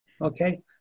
Okay